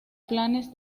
planes